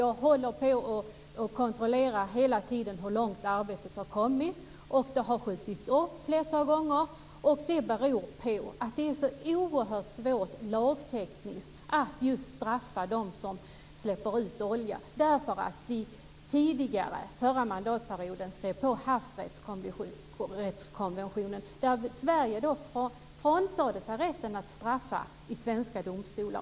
Jag håller hela tiden på och kontrollerar hur långt arbetet har kommit. Det har skjutits upp ett flertal gånger. Det beror på att det är så oerhört svårt lagtekniskt att straffa dem som släpper ut olja eftersom vi tidigare under förra mandatperioden skrev på havsrättskonventionen. Där frånsade Sverige sig rätten att straffa i svenska domstolar.